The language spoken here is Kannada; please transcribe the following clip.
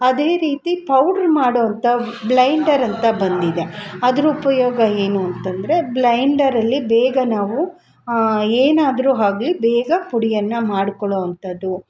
ಅದೇ ರೀತಿ ಪೌಡ್ರ್ ಮಾಡೋವಂಥ ಬ್ಲೈಂಡರ್ ಅಂತ ಬಂದಿದೆ ಅದ್ರ ಉಪಯೋಗ ಏನು ಅಂತಂದರೆ ಬ್ಲೈಂಡರಲ್ಲಿ ಬೇಗ ನಾವು ಏನಾದರೂ ಆಗ್ಲಿ ಬೇಗ ಪುಡಿಯನ್ನು ಮಾಡ್ಕೊಳೋ ಅಂಥದು